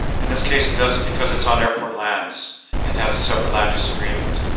in this case it doesn't because it's on airport lands and has a separate land use agreement.